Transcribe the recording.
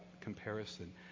comparison